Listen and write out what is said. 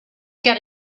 get